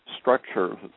structure